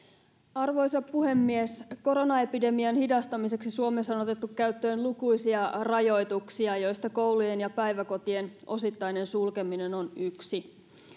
arvoisa puhemies koronaepidemian hidastamiseksi suomessa on otettu käyttöön lukuisia rajoituksia joista koulujen ja päiväkotien osittainen sulkeminen on yksi